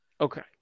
Okay